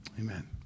amen